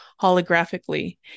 holographically